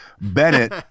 Bennett